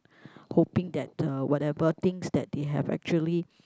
hoping that uh whatever things that they have actually